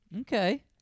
Okay